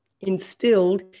instilled